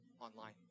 online